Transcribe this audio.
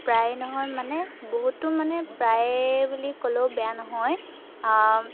প্ৰায় নহয় মানে বহুতো মানে প্ৰায় বুলি ক'লেও বেয়া নহয়